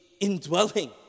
indwelling